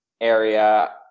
area